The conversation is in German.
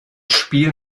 spiel